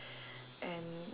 and